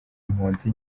impunzi